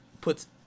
puts